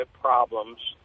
problems